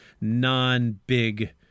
non-big